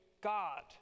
God